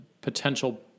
potential